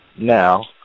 now